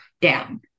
down